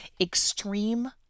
extreme